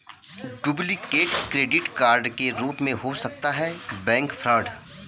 duplicate credit card के रूप में हो सकता है बैंक फ्रॉड